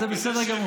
זה בסדר גמור.